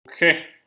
Okay